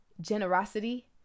generosity